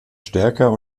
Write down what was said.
stärker